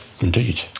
Indeed